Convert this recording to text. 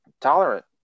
tolerant